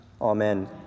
Amen